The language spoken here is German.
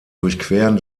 durchqueren